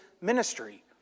ministry